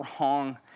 wrong